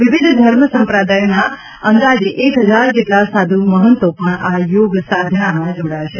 વિવિધ ધર્મ સંપ્રદાયના અંદાજે એક હજાર જેટલા સાધુ મહંતો પણ આ યોગ સાધનામાં જોડાશે